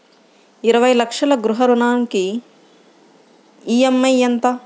ఇరవై లక్షల గృహ రుణానికి ఈ.ఎం.ఐ ఎంత?